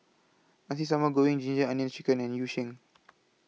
Nasi Sambal Goreng Ginger Onions Chicken and Yu Sheng